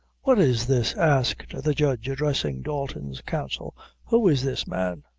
what is this? asked the judge, addressing dalton's counsel who is this man?